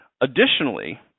Additionally